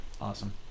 awesome